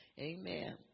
Amen